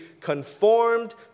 conformed